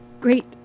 Great